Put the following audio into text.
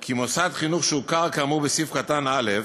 כי מוסד חינוך שהוכר כאמור בסעיף קטן (א),